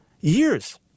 years